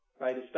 Right